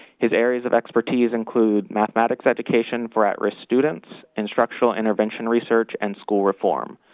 his areas of expertise include mathematics education for at-risk students, instructional intervention research, and school reform.